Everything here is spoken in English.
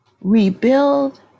Rebuild